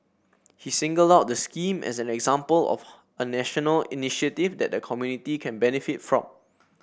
he singled out the scheme as an example of a national initiative that the community can benefit from